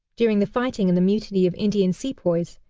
during the fighting in the mutiny of indian sepoys,